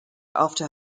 after